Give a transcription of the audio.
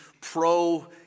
pro